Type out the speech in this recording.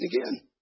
again